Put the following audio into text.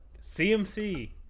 CMC